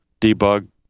debug